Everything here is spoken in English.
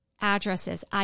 addresses